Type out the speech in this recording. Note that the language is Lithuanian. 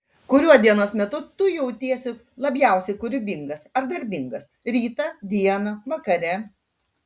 kuriuo dienos metu tu jautiesi labiausiai kūrybingas ar darbingas rytą dieną vakare